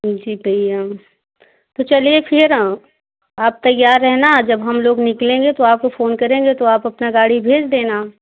जी भैया तो चलिए फिर आप तैयार रहना जब हम लोग निकलेंगे तो आपको फ़ोन करेंगे तो आप अपनी गाड़ी भेज देना